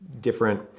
Different